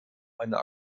einer